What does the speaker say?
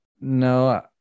no